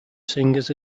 singers